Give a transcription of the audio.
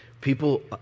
People